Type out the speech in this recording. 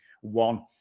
one